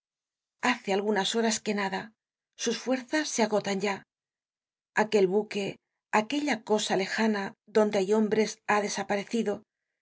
hace algunas horas que nada sus fuerzas se agotan ya aquel buque aquella cosa lejana donde hay hombres ha desaparecido